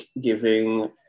giving